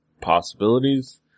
possibilities